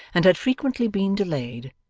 and had frequently been delayed,